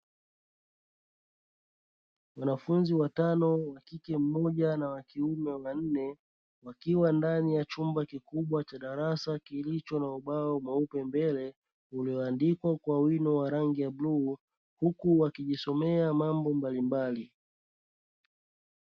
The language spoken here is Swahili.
Wanafunzi watano (wa kike mmoja na wa kiume wanne) wakiwa ndani ya chumba kikubwa cha darasa kilicho na ubao mweupe mbele, ulioandikwa kwa wino wa rangi ya bluu huku wakijisomea mambo mbalimbali.